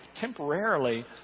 temporarily